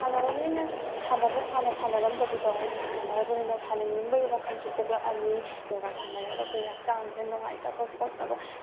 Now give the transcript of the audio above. ꯁꯥꯟꯅꯔꯕꯅꯤꯅ ꯁꯥꯟꯅꯕ ꯍꯥꯟꯅ ꯁꯥꯟꯅꯔꯝꯗꯕꯗꯣ ꯍꯥꯏꯗꯤ ꯁꯥꯟꯅꯔꯕꯅꯤꯅ ꯁꯥꯟꯅꯅꯤꯡꯕꯒꯤ ꯋꯥꯈꯜꯁꯨ ꯄꯣꯛꯂꯛꯑꯅꯤ ꯌꯣꯒꯥ ꯁꯥꯟꯅꯔꯒ ꯑꯩꯈꯣꯏ ꯍꯛꯆꯥꯡꯁꯤꯗ ꯅꯨꯡꯉꯥꯏꯇꯕ ꯈꯣꯠꯇꯕ